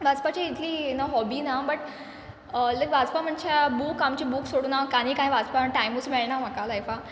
वाचपाची इतली न हॉबी ना बट लायक वाचपा म्हणच्या बूक आमचे बूक सोडून हांव का आनी कांय वाचपा टायमूच मेळना म्हाका लायफान